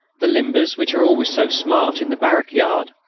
the limbers, which are always so smart in the barrack-yard,